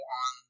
on